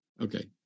Okay